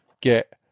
get